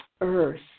earth